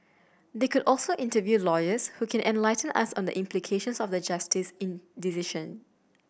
they could also interview lawyers who can enlighten us on the implications of the Justice's in decision